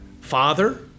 Father